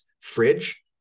fridge